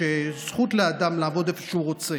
יש זכות לאדם לעבוד איפה שהוא רוצה.